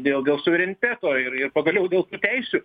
dėl dėl suvereniteto ir ir pagaliau dėl teisių